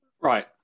Right